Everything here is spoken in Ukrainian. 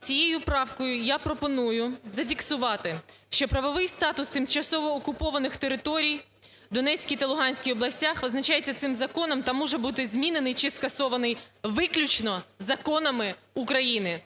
цією правкою я пропоную зафіксувати, що правовий статус тимчасово окупованих територій в Донецькій та Луганській областях визначається цим законом та може бути змінений чи скасований виключно законами України.